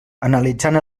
analitzant